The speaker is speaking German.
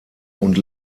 und